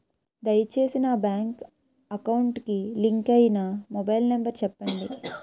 దయచేసి నా bank account కి లింక్ అయినా మొబైల్ నంబర్ చెప్పండి